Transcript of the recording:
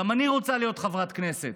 גם אני רוצה להיות חברת כנסת.